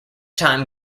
time